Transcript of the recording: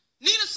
Nina